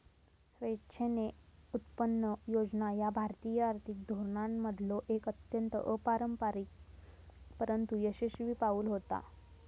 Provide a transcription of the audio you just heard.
स्वेच्छेने उत्पन्न योजना ह्या भारतीय आर्थिक धोरणांमधलो एक अत्यंत अपारंपरिक परंतु यशस्वी पाऊल होता